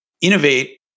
innovate